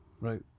right